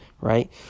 right